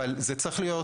כי השם צריך להיות